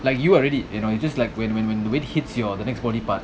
like you are ready you know you just like when when when the weight hits your the next body part